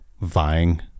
vying